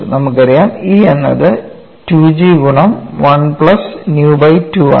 നമുക്കറിയാം E എന്നത് 2 G ഗുണം 1 പ്ലസ് ന്യൂ ആണ്